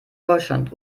deutschland